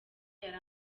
yari